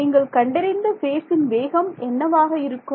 நீங்கள் கண்டறிந்த ஃபேசின் வேகம் என்னவாக இருக்கும்